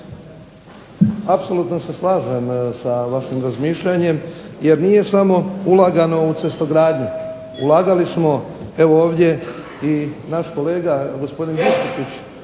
Apsolutno se slažem sa vašim razmišljanjem jer nije samo ulagano u cestogradnju, ulagali smo, evo ovdje je i naš kolega gospodin Biškupić